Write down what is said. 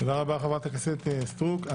תודה רבה, חברת הכנסת סטרוק.